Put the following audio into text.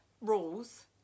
rules